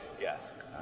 yes